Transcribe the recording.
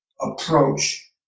approach